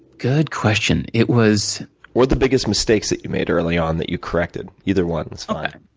good question. it was or, the biggest mistakes that you made early on, that you corrected. either one's fine.